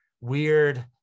weird